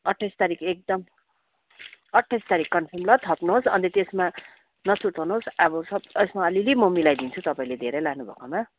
अट्ठाइस तारिख एकदम अट्ठाइस तारिख कन्फर्म ल थप्नुहोस् अन्त त्यसमा नसुर्ताउनुहोस् अब यसमा अलिअलि म मिलाइदिन्छु तपाईँले धेरै लानुभएकोमा